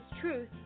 Truth